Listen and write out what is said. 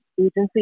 Agency